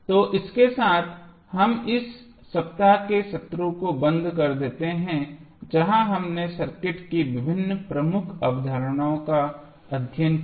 तो इसके साथ हम इस सप्ताह के सत्रों को बंद कर देते हैं जहां हमने सर्किट की विभिन्न प्रमुख अवधारणाओं का अध्ययन किया